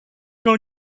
gonna